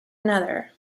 another